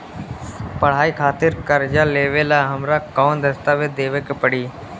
पढ़ाई खातिर कर्जा लेवेला हमरा कौन दस्तावेज़ देवे के पड़ी?